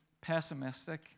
pessimistic